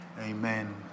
Amen